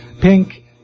pink